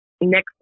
next